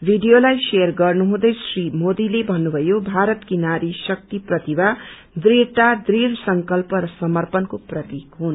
भिडियोलाई सेयर गर्नुहुँदै श्री मोदीले भन्नुभयो भारतकी नारी शक्ति प्रतिभा दृढ़ता दृढ़ संकल्प र समर्पणको प्रतीक हुन्